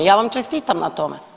Ja vam čestitam na tome.